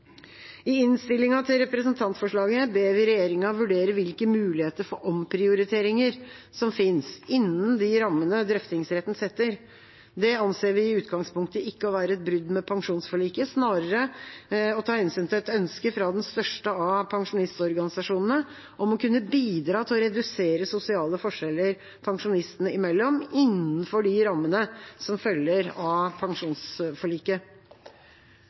I innstillinga til representantforslaget ber vi regjeringa vurdere hvilke muligheter for omprioriteringer som finnes innen de rammene drøftingsretten setter. Det anser vi i utgangspunktet ikke å være et brudd med pensjonsforliket, men snarere å ta hensyn til et ønske fra den største av pensjonistorganisasjonene om å kunne bidra til å redusere sosiale forskjeller pensjonistene imellom, innenfor de rammene som følger av pensjonsforliket.